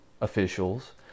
officials